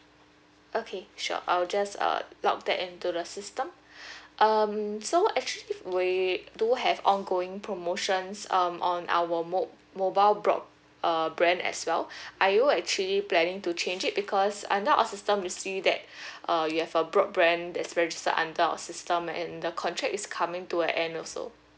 okay sure I'll just uh log that into the system um so actually we do have ongoing promotions um on our mo~ mobile broad uh band as well are you actually planning to change it because under our system we see that uh you have a broadband that's registered under our system and the contract is coming to an end also